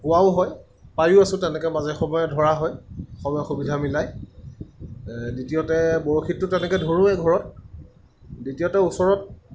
পোৱাও হয় পায়ো আছোঁ তেনেকৈ মাজে সময়ে ধৰা হয় সময় সুবিধা মিলায় দ্বিতীয়তে বৰশীটো তেনেকৈ ধৰোঁৱে ঘৰত দ্বিতীয়তে ওচৰত